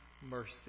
mercy